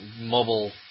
mobile